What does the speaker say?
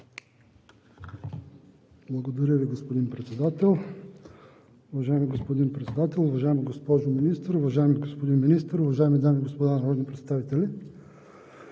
Благодаря Ви, господин Председател. Уважаеми господин Председател, уважаема госпожо Министър, уважаеми господин Министър, уважаеми дами и господа народни представители!